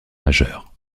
majeures